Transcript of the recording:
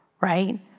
right